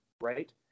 right